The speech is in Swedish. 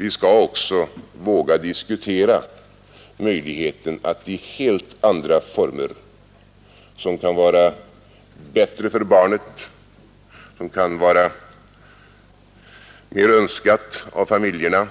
Vi skall också våga diskutera möjligheten att i helt andra former, som kan vara bättre för barnet, som kan vara mer önskade av familjerna